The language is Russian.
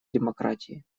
демократии